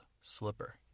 slipper